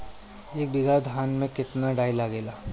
एक बीगहा धान में केतना डाई लागेला?